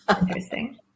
interesting